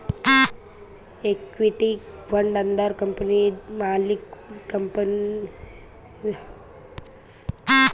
equity fund ಅಂದುರ್ ಕಂಪನಿದು ಮಾಲಿಕ್ಕ್ ಕಂಪನಿ ನಾಗ್ ರೊಕ್ಕಾ ಹಾಕಿರ್ತಾನ್